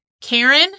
Karen